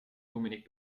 dominik